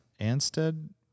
Anstead